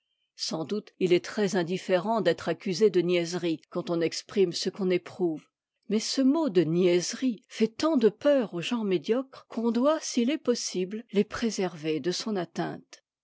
sans doute il est très indifférent d'être accusé de niaiserie quand on exprime ce qu'on éprouve mais ce mot de ktamene fait tant de peur aux gens médiocres qu'on doit s'it est possible les préserver de son atteinte